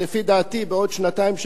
לפי דעתי בעוד שנתיים,